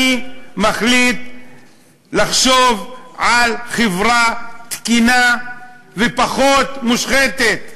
מחליט לחשוב על חברה תקינה ופחות מושחתת.